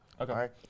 Okay